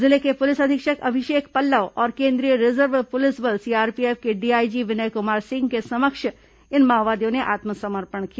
जिले के पुलिस अधीक्षक अभिषेक पल्लव और केंद्रीय रिजर्व पुलिस बल सीआरपीएफ के डीआईजी विनय कुमार सिंह के समक्ष इन माओवादियों ने आत्मसमर्पण किया